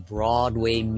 Broadway